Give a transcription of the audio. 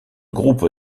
groupe